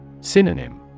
Synonym